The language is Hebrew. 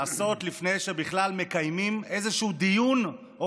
לעשות לפני שבכלל מקיימים איזשהו דיון או